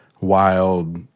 wild